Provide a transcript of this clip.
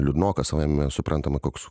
liūdnoka savaime suprantama koks